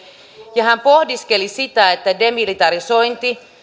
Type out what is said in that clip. ja pohdiskeli sitä että demilitarisointi